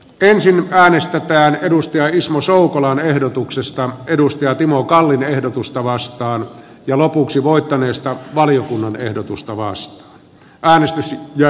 ensin äänestetään ismo soukolan ehdotuksesta timo kallin ehdotusta vastaan ja lopuksi voittaneesta valiokunnan ehdotusta vastaan